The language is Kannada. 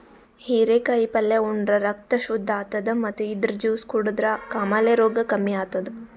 ಹಿರೇಕಾಯಿ ಪಲ್ಯ ಉಂಡ್ರ ರಕ್ತ್ ಶುದ್ದ್ ಆತದ್ ಮತ್ತ್ ಇದ್ರ್ ಜ್ಯೂಸ್ ಕುಡದ್ರ್ ಕಾಮಾಲೆ ರೋಗ್ ಕಮ್ಮಿ ಆತದ್